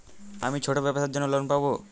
আমি ছোট ব্যবসার জন্য লোন পাব?